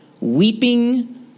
weeping